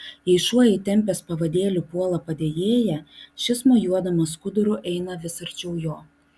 jei šuo įtempęs pavadėlį puola padėjėją šis mojuodamas skuduru eina vis arčiau jo